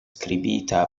skribita